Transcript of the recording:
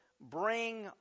bring